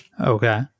Okay